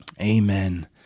Amen